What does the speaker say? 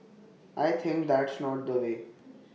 I think that's not the way